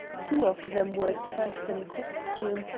two of them were turks in costume,